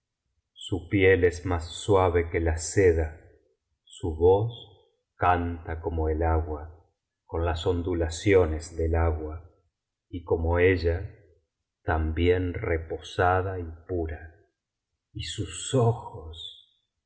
su piel es más suave que la seda su voz canta como el agua con las ondulaciones del agua y como ella también reposada y pura y sus ojos